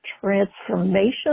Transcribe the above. transformation